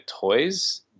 toys